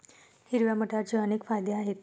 हिरव्या मटारचे अनेक फायदे आहेत